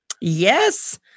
Yes